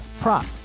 prop